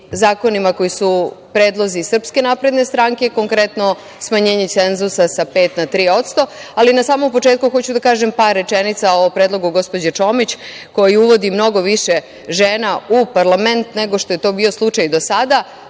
zakonima koji su predlozi SNS, konkretno, smanjenje cenzusa sa pet na tri odsto, ali na samom početku hoću da kažem par rečenica o predlogu gospođe Čomić, koji uvodi mnogo više žena u parlament, nego što je to bio slučaj do sada.